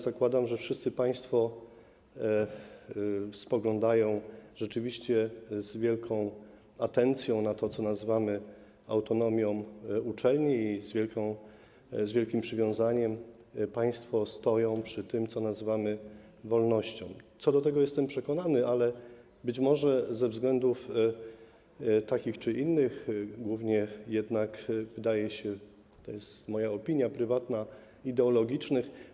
Zakładam, że wszyscy państwo spoglądają z wielką atencją na to, co nazywamy autonomią uczelni, i z wielkim przywiązaniem państwo stoją przy tym, co nazywamy wolnością - co do tego jestem przekonany - ale być może ze względów takich czy innych, głównie jednak wydaje się, że - to jest moja opinia prywatna - ideologicznych.